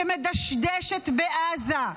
שמדשדשת בעזה,